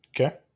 Okay